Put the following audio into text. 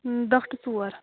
دَہ ٹُو ژور